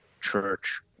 church